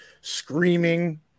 screaming